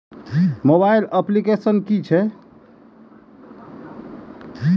Mobile application कि छै?